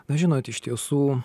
na žinot iš tiesų